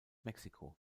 mexiko